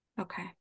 okay